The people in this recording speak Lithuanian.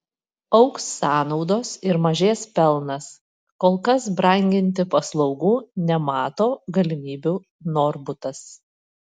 augs sąnaudos ir mažės pelnas kol kas branginti paslaugų nemato galimybių norbutas